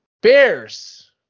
Bears